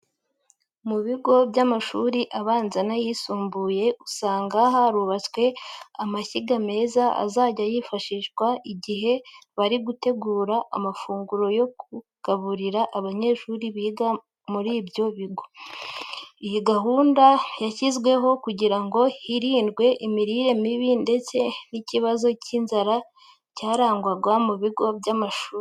Mu bigo by'amashuri abanza n'ayisumbuye, usanga harubatswe amashyiga meza azajya yifashishwa mu gihe bari gutegura amafunguro yo kugaburira abanyeshuri biga muri ibyo bigo. Iyi gahunda yashyizweho kugira ngo hirindwe imirire mibi ndetse n'ikibazo cy'inzara cyarangwaga mu bigo by'amashuri.